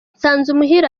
nsanzumuhire